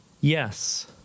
Yes